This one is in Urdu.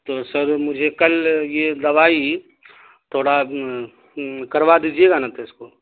تو سر مجھے کل یہ دوائی تھوڑا کروا دجیے گا نا تو اس کو